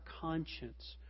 conscience